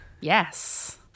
Yes